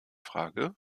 frage